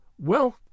Well